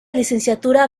licenciatura